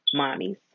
mommies